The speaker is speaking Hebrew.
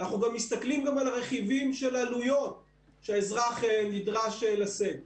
אנחנו מסתכלים גם על הרכיבים של עלויות שהאזרח נדרש לשאת בהן.